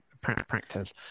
practice